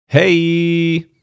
Hey